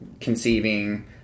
conceiving